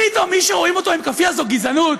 פתאום מי שרואים אותו עם כאפיה, זו גזענות?